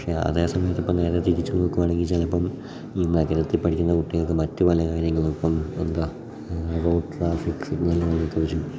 പക്ഷേ അതേ സമയത്ത് ഇപ്പം നേരെ തിരിച്ച് നോക്കുവാണെങ്കിൽ ചിലപ്പം ഈ നഗരത്തിൽ പഠിക്കുന്ന കുട്ടികൾക്ക് മറ്റു പല കാര്യങ്ങളും ഇപ്പം എന്താ റോഡ് ട്രാഫിക്ക് സിഗ്നലുകളെ കുറിച്ചും